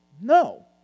No